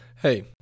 hey